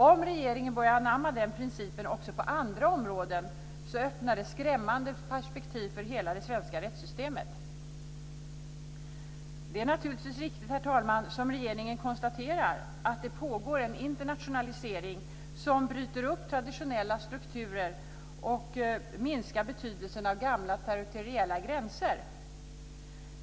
Om regeringen börjar anamma den principen också på andra områden öppnar det skrämmande perspektiv för hela det svenska rättssystemet. Det är naturligtvis riktigt, herr talman, som regeringen konstaterar, att det pågår en internationalisering som bryter upp traditionella strukturer och minskar betydelsen av gamla territoriella gränser.